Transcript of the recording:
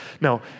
no